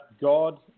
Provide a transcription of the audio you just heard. God